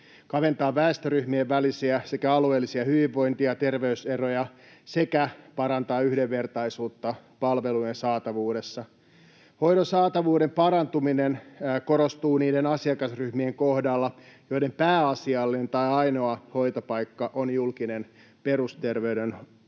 kaventaa väestöryhmien välisiä sekä alueellisia hyvinvointi- ja terveyseroja sekä parantaa yhdenvertaisuutta palveluiden saatavuudessa. Hoidon saatavuuden parantuminen korostuu niiden asiakasryhmien kohdalla, joiden pääasiallinen tai ainoa hoitopaikka on julkinen perusterveydenhoito.